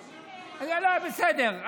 בסדר.